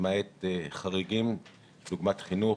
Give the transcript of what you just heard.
למעט חריגים כדוגמת חינוך,